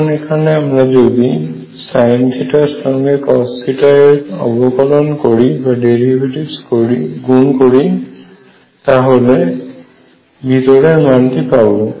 এখন এখানে আমরা যদি sin র সঙ্গে cos এর অবকলন কে গুন করি তাহলে ভিতরের মানটি পাব